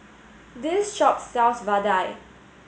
this shop sells Vadai